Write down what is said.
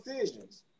decisions